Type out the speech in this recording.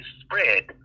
spread